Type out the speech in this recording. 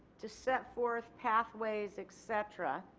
to set forth pathways etc.